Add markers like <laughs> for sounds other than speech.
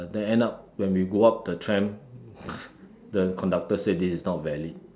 then end up when we go up the tram <laughs> the conductor say this is not valid